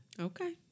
Okay